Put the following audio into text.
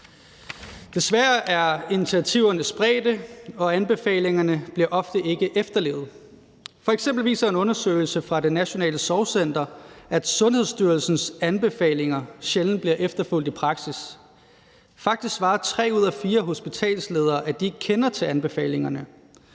Desværre er initiativerne spredte, og anbefalingerne bliver ofte ikke efterlevet. F.eks. viser en undersøgelse fra Det Nationale Sorgcenter, at Sundhedsstyrelsens anbefalinger sjældent bliver efterfulgt i praksis. Faktisk svarer tre ud af fire hospitalsledere, at de ikke kender til anbefalingerne.